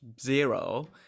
zero